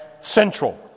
Central